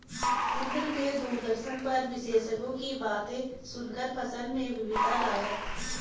इंद्र ने दूरदर्शन पर विशेषज्ञों की बातें सुनकर फसल में विविधता लाया